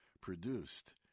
produced